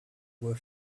were